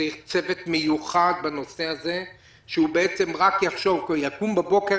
וצריך צוות מיוחד לנושא הזה שיקום בבוקר